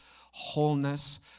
wholeness